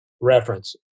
reference